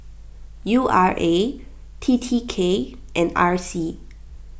U R A T T K and R C